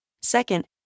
Second